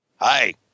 Hi